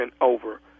over